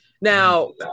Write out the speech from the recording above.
Now